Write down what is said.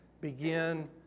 begin